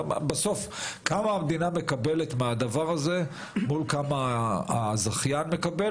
השאלה הכללית היא כמה המדינה מקבלת מהדבר הזה וכמה הזכיין מקבל